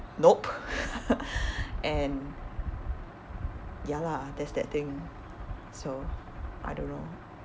nope and ya lah that's that thing so I don't know